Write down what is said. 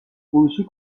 فروشی